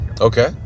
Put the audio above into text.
Okay